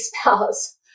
spouse